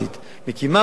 מקימה ועדה,